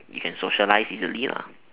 you can socialize easily